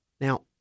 now